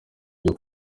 ibyo